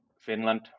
Finland